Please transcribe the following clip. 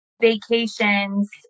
vacations